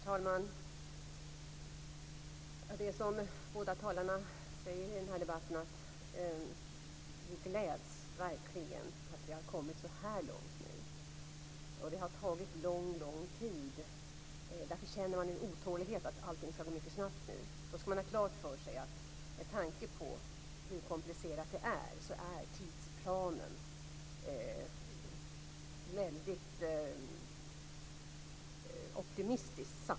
Herr talman! Som båda talarna säger i den här debatten gläds vi verkligen åt att vi nu har kommit så här långt. Det har tagit mycket lång tid. Därför känner man en otålighet och vill nu att allting skall gå mycket snabbt. Då skall man ha klart för sig att den fastställda tidsplanen är mycket optimistisk med tanke på hur komplicerat det är.